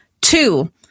Two